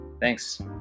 Thanks